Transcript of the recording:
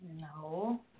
No